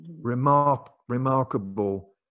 remarkable